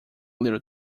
little